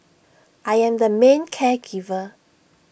I am the main care giver